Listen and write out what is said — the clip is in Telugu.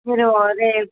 మీరు అదే